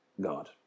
God